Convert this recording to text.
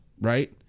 right